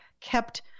kept